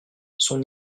son